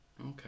Okay